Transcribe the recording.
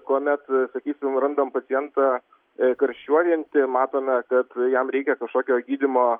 kuomet sakysim randam pacientą a karščiuojantį matome kad jam reikia kažkokio gydymo